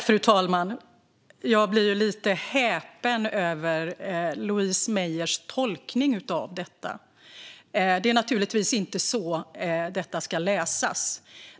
Fru talman! Jag blir lite häpen över Louise Meijers tolkning av detta. Det är naturligtvis inte så detta ska läsas.